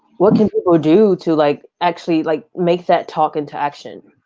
what can people do to like actually like make that talk into action?